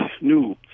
new